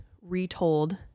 retold